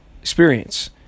experience